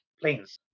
planes